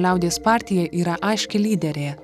liaudies partija yra aiški lyderė